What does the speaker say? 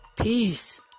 Peace